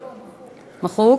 מחוק?